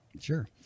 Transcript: Sure